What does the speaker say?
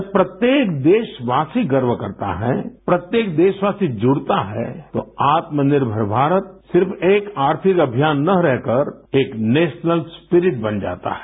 जब प्रत्येक देशवासी गर्व करता है प्रत्येक देशवासी जुड़ता है तो आत्मनिर्मर भारत सिर्फ एक आर्थिक अभियान न रहकर एक नेशनल स्प्रिट बन जाता है